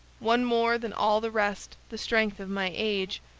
one more than all the rest the strength of my age,